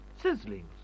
Sizzling